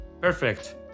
Perfect